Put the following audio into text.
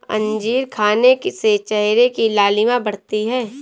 अंजीर खाने से चेहरे की लालिमा बढ़ती है